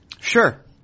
Sure